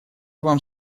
вам